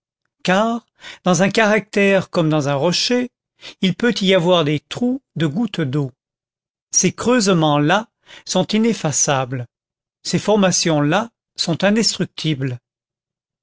car dans un caractère comme dans un rocher il peut y avoir des trous de gouttes d'eau ces creusements là sont ineffaçables ces formations là sont indestructibles